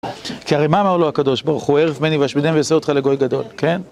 כי הרי מה אמר לו הקדוש ברוך הוא? הרף ממני ואשמידם ואעשה אותך לגוי גדול, כן?